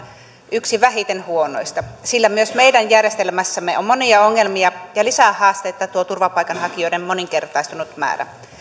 yksi vähiten huonoista sillä myös meidän järjestelmässämme on monia ongelmia ja lisähaastetta tuo turvapaikanhakijoiden moninkertaistunut määrä